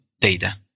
data